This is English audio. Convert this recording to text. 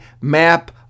map